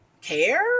care